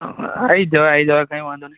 આવી જવાય આવી જવાય કાંઈ વાંધો નહીં